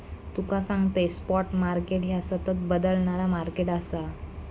तुका सांगतंय, spot market ह्या सतत बदलणारा मार्केट आसा